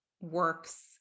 works